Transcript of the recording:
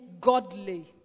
godly